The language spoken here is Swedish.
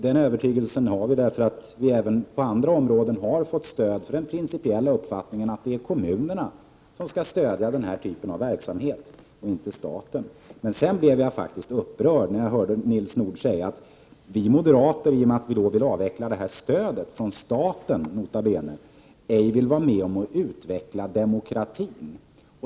Den övertygelsen har vi därför att vi även på andra områden har fått stöd för den principiella uppfattningen att det är kommunerna som skall stödja den typen av verksamhet och inte staten. Sedan blev jag upprörd när Nils Nordh sade att vi moderater i och med att vi vill avveckla detta stöd från staten — nota bene — ej vill vara med om att utveckla demokratin.